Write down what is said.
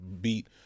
beat